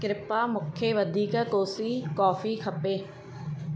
कृपा मूंखे वधीक कोसी कॉफ़ी खपे